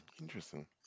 Interesting